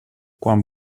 quan